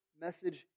message